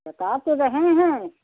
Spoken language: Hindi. बता तो रहे हैं